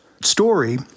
story